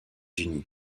unis